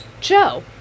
Joe